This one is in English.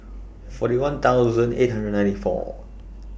forty one thousand eight hundred ninety four